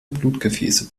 blutgefäße